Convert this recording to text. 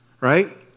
right